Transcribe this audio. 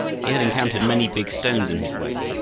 he had encountered many big stones in his way,